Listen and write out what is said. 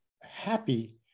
happy